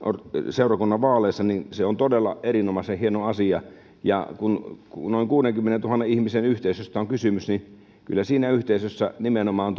seurakunnan vaaleissa niin se on todella erinomaisen hieno asia kun kun noin kuudenkymmenentuhannen ihmisen yhteisöstä on kysymys niin kyllä siinä yhteisössä nimenomaan